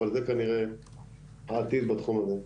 אבל זה כנראה העתיד בתחום הזה.